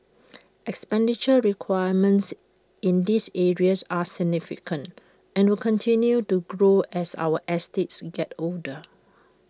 expenditure requirements in these areas are significant and will continue to grow as our estates get older